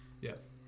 Yes